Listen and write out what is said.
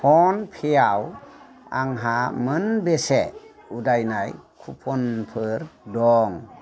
phone पेयाव आंहा मोनबेसे उदायनाय कुपुनफोर दं